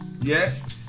yes